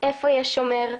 איפה יש שומר,